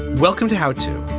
welcome to how to.